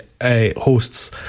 hosts